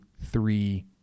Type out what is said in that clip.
three